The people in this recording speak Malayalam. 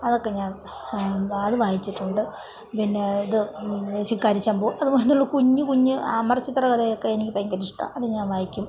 അതൊക്കെ ഞാൻ അത് വായിച്ചിട്ടുണ്ട് പിന്നേ ഇത് ശിക്കാരി ശംബു അത് പോലത്തെ ഉള്ള കുഞ്ഞ് കുഞ്ഞ് അമർ ചിത്രകഥയൊക്കെ എനിക്ക് ഭയങ്കര ഇഷ്ടമാണ് അത് ഞാൻ വായിക്കും